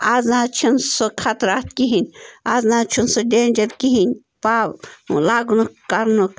آز نَہ حظ چھِنہٕ سُہ خطرات کِہیٖنۍ آز نَہ حظ چھِنہٕ سُہ ڈینجر کِہیٖنۍ پاو لاگنُک کَرنُک